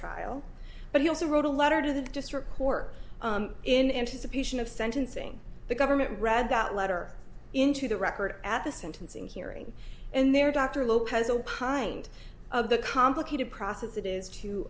trial but he also wrote a letter to the district court in anticipation of sentencing the government read that letter into the record at the sentencing hearing and there dr lopez opined of the complicated process it is to